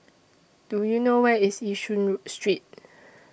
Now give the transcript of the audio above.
Do YOU know Where IS Yishun Row Street